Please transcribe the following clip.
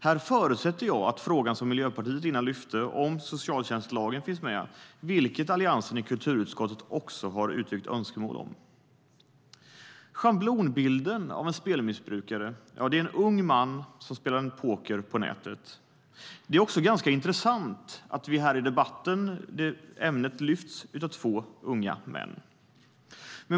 Jag förutsätter att den fråga som Miljöpartiet lyfte upp om socialtjänstlagen finns med, vilket Alliansen i kulturutskottet har uttryckt önskemål om. Schablonbilden av en spelmissbrukare är en ung man som spelar poker på nätet. Det är också ganska intressant att ämnet här i debatten lyfts upp av två unga män.